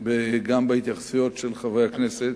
גם בהתייחסויות של חברי הכנסת,